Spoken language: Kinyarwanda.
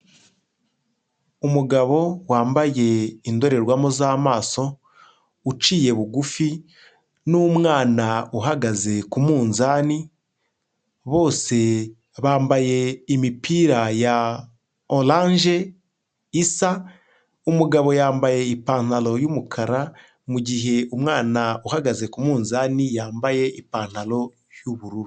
Umugabo wambaye indorerwamo z'amaso uciye bugufi n'umwana uhagaze ku munzani, bose bambaye imipira ya orange isa, umugabo yambaye ipantaro y'umukara mu gihe umwana uhagaze ku munzani yambaye ipantaro y'ubururu.